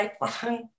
lifelong